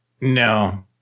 No